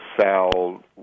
sell